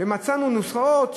ומצאנו נוסחאות,